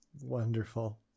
Wonderful